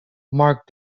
mark